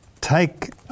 take